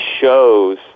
shows